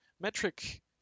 metric